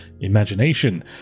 imagination